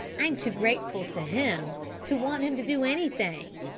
i'm too grateful to him to want him to do anything.